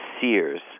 Sears